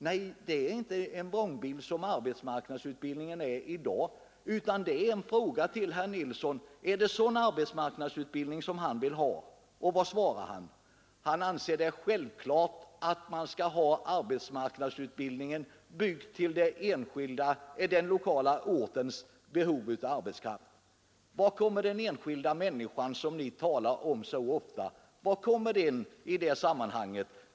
Nej, det är inte en vrångbild av arbetsmarknadsutbildningen i dag, utan det är en fråga till herr Nilsson om det är en sådan arbetsmarknadsutbildning han vill ha. Och vad svarar han? Han anser det självklart att arbetsmarknadsutbildningen skall vara byggd på den lokala ortens behov av arbetskraft. Var kommer den enskilda människan, som ni talar om så ofta, in i det sammanhanget?